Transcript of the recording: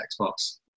Xbox